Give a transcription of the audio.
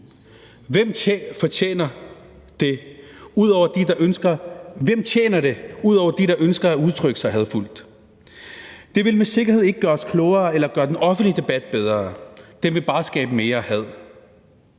Hvem tjener det ud over dem, der ønsker at udtrykke sig hadefuldt? Det vil med sikkerhed ikke gøre os klogere eller gøre den offentlige debat bedre. Det vil bare skabe mere had.